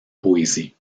poésie